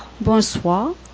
Bonsoir